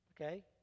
Okay